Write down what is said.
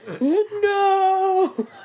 No